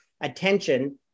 attention